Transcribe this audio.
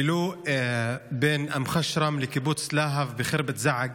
בילו בין אום חשרם לקיבוץ להב בח'רבת זעק,